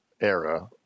era